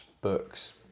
books